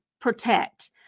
protect